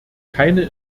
keine